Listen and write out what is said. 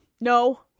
no